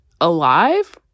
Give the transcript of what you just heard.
alive